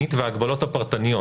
הפרטנית וההגבלות הפרטניות.